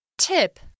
Tip